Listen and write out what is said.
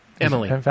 Emily